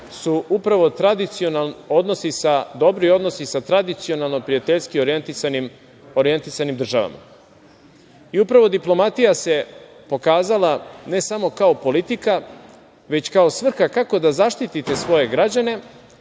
su upravo dobri odnosi sa tradicionalno prijateljski orijentisanim državama. Upravo diplomatija se pokazala ne samo kao politika, već kao svrha kako da zaštitite svoje građane,